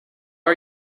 are